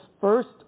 first